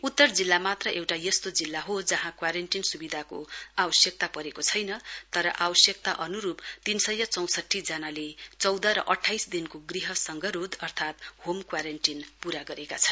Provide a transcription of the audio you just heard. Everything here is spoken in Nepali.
उत्तर जिल्ला मात्र एउटा यस्तो जिल्ला हो जहाँ क्वारेन्टीन सुविधाको आवश्यकता परेको छैन तर आवश्यकता अनुरूप तीन सय चौंसठू जनाले चौध र अठाइस दिनको गृह संगरोध अर्थात् होम क्वारेन्टिन पूरा गरेका छन्